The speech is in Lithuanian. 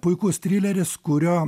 puikus trileris kurio